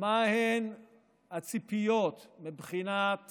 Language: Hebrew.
מהן הציפיות מבחינת